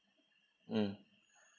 mm